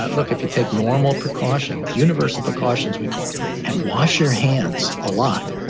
look, if you take normal precautions, universal precautions, we call them and wash your hands a lot.